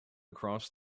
across